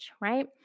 right